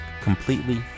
completely